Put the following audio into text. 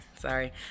sorry